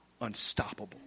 unstoppable